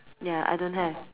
ya I don't have